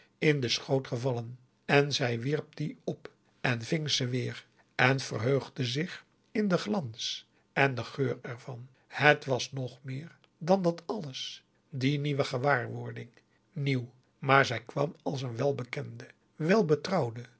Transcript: in den schoot gevallen en zij wierp die op en ving ze weer en verheugde zich in den glans en den geur er van het was nog meer dan dat alles die nieuwe gewaarwording nieuw maar zij kwam als een welbekende